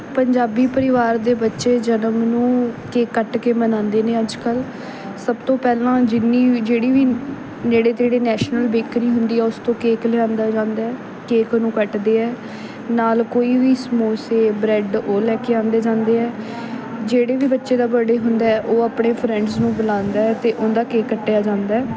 ਪੰਜਾਬੀ ਪਰਿਵਾਰ ਦੇ ਬੱਚੇ ਜਨਮ ਨੂੰ ਕੇਕ ਕੱਟ ਕੇ ਮਨਾਉਂਦੇ ਨੇ ਅੱਜ ਕੱਲ ਸਭ ਤੋਂ ਪਹਿਲਾਂ ਜਿੰਨੀ ਵੀ ਜਿਹੜੀ ਵੀ ਨੇੜੇ ਤੇੜੇ ਨੈਸ਼ਨਲ ਬੇਕਰੀ ਹੁੰਦੀ ਹੈ ਉਸ ਤੋਂ ਕੇਕ ਲਿਆਂਦਾ ਜਾਂਦਾ ਹੈ ਕੇਕ ਨੂੰ ਕੱਟਦੇ ਹੈ ਨਾਲ ਕੋਈ ਵੀ ਸਮੋਸੇ ਬਰੈੱਡ ਉਹ ਲੈ ਕੇ ਆਉਂਦੇ ਜਾਂਦੇ ਹੈ ਜਿਹੜੇ ਵੀ ਬੱਚੇ ਦਾ ਬਰਡੇ ਹੁੰਦਾ ਹੈ ਉਹ ਆਪਣੇ ਫਰੈਂਡਸ ਨੂੰ ਬੁਲਾਉਂਦਾ ਹੈ ਅਤੇ ਉਹਦਾ ਕੇਕ ਕੱਟਿਆ ਜਾਂਦਾ ਹੈ